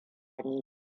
ni